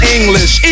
English